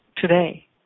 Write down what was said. today